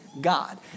God